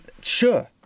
sure